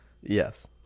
yes